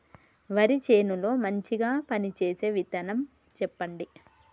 వరి చేను లో మంచిగా పనిచేసే విత్తనం చెప్పండి?